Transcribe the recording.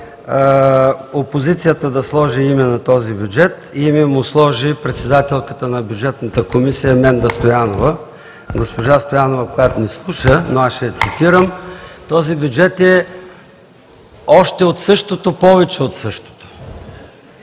опозицията да сложи име на този бюджет. Име му сложи председателката на Бюджетната комисия – Менда Стоянова. Госпожа Стоянова, която не слуша, но аз ще я цитирам: „Този бюджет е още от същото, повече от същото“.